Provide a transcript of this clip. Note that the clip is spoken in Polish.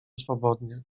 swobodnie